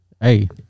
Hey